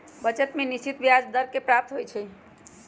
बचत में निश्चित ब्याज प्राप्त होइ छइ